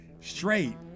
straight